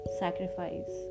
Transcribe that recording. sacrifice